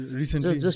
recently